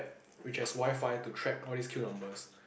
which has Wi-Fi to track all these queue numbers